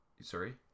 Sorry